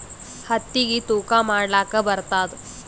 ಹತ್ತಿಗಿ ತೂಕಾ ಮಾಡಲಾಕ ಬರತ್ತಾದಾ?